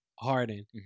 Harden